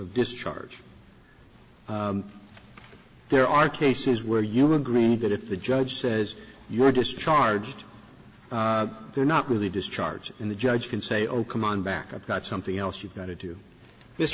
discharge there are cases where you've agreed that if the judge says you're discharged they're not really discharged and the judge can say oh come on back i've got something else you've got to do this